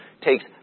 takes